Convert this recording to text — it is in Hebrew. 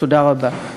תודה רבה.